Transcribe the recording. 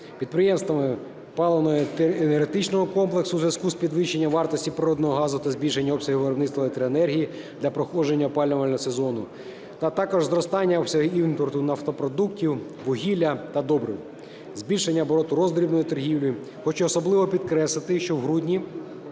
підприємствами паливно-енергетичного комплексу у зв'язку з підвищенням вартості природного газу та збільшенням обсягів виробництва електроенергії для проходження опалювального сезону, а також зростанням обсягів імпорту нафтопродуктів, вугілля та добрив, збільшенням обороту роздрібної торгівлі. Хочу особливо підкреслити, що в грудні